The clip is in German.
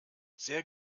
sehr